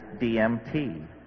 DMT